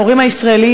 ההורים הישראלים,